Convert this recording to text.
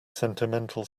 sentimental